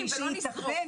סיכוי.